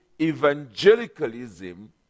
evangelicalism